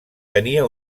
tenia